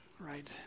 right